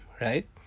right